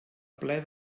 ple